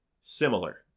similar